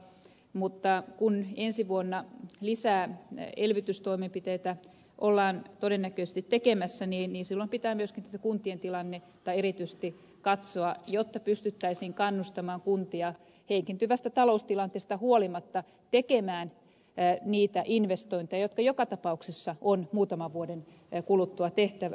mutta kun ensi vuonna lisää elvytystoimenpiteitä ollaan todennäköisesti tekemässä niin silloin pitää myöskin erityisesti kuntien tilanne katsoa jotta pystyttäisiin kannustamaan kuntia heikentyvästä taloustilanteesta huolimatta tekemään niitä investointeja jotka joka tapauksessa on muutaman vuoden kuluttua tehtävä